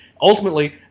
Ultimately